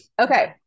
Okay